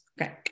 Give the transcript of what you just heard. Okay